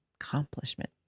Accomplishment